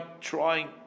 trying